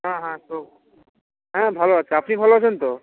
হ্যাঁ হ্যাঁ তো হ্যাঁ ভালো আছে আপনি ভালো আছেন তো